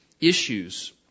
issues